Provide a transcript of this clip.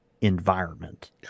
environment